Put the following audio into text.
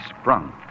sprung